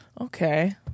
Okay